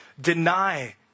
Deny